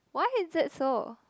why is it so